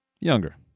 younger